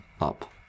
up